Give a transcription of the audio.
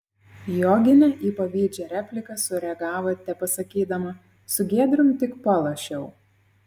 joginė į pavydžią repliką sureagavo tepasakydama su giedrium tik palošiau